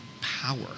power